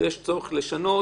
אם יש צורך לשנות,